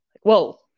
Whoa